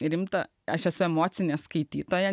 rimta aš esu emocinė skaitytoja